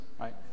right